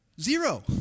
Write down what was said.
Zero